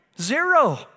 zero